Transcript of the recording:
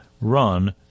run